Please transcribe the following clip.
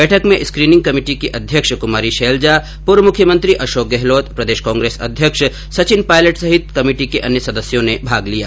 बैठक में screening committee की अध्यक्ष कुमारी शैलजा पूर्व मुख्यमंत्री अशोक गहलोत प्रदेश कांग्रेस अध्यक्ष सचिन पायलट सहित कमेटी के अन्य सदस्यों ने भाग लिया